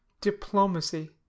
diplomacy